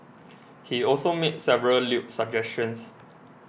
he also made several lewd suggestions